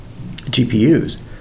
GPUs